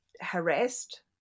harassed